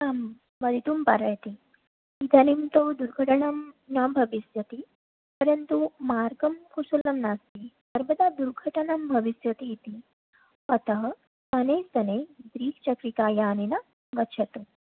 आं वदितुं पारयति इदानीं तु दुर्घटनं ना भविष्यति परन्तु मार्गः कुशलः नास्ति सर्वदा दुर्घटना भविष्यति इति अतः शनैः शनैः द्विचक्रिकायानेन गच्छतु